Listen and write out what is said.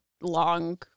long